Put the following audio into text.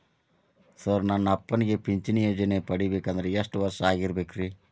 Sir ನನ್ನ ಅಪ್ಪನಿಗೆ ಪಿಂಚಿಣಿ ಯೋಜನೆ ಪಡೆಯಬೇಕಂದ್ರೆ ಎಷ್ಟು ವರ್ಷಾಗಿರಬೇಕ್ರಿ?